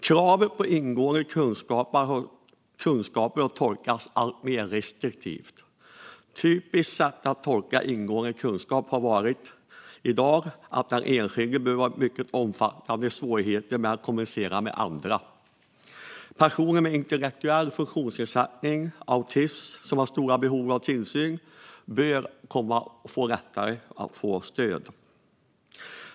Kravet på ingående kunskaper har tolkats alltmer restriktivt. Typiskt sett tolkas ingående kunskaper i dag som att den enskilde behöver ha mycket omfattande svårigheter att kommunicera med andra. Personer med intellektuell funktionsnedsättning och autism som har stora behov av tillsyn bör få lättare att få stöd.